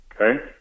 Okay